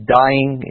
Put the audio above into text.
dying